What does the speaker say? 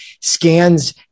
scans